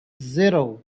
zero